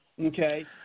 okay